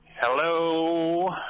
Hello